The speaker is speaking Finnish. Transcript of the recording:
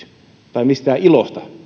tai mistään ilosta ei